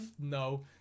No